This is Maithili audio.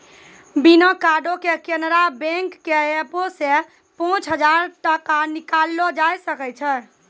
बिना कार्डो के केनरा बैंक के एपो से पांच हजार टका निकाललो जाय सकै छै